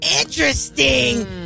interesting